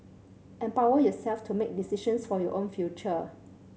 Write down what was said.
empower yourself to make decisions for your own future